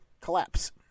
collapse